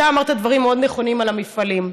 אתה אמרת דברים מאוד נכונים על המפעלים,